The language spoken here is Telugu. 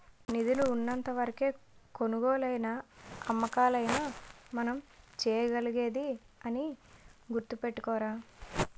నిధులు ఉన్నంత వరకే కొనుగోలైనా అమ్మకాలైనా మనం చేయగలిగేది అని గుర్తుపెట్టుకోరా